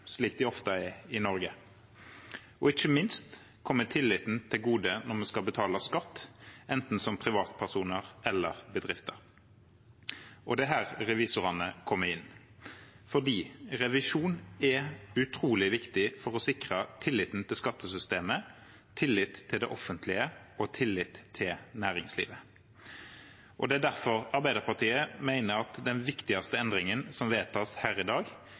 slik de ofte er i Norge. Og ikke minst kommer tilliten oss til gode når vi skal betale skatt, enten som privatpersoner eller bedrifter. Det er her revisorene kommer inn, fordi revisjon er utrolig viktig for å sikre tilliten til skattesystemet, tillit til det offentlige og tillit til næringslivet. Det er derfor Arbeiderpartiet mener at den viktigste endringen som vedtas her i dag,